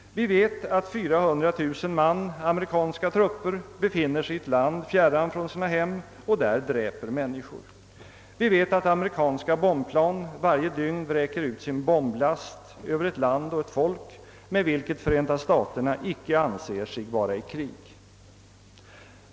Vi vet att 400 000 man amerikanska trupper befinner sig i ett land fjärran från sina hem och där dräper människor. Vi vet att amerikanska bombplan varje dygn vräker ut sin bomblast över ett land och ett folk med vilket Förenta staterna icke anser sig vara i krig.